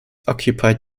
occupied